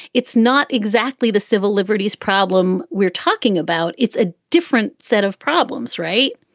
it's not exactly the civil liberties problem we're talking about. it's a different set of problems, right?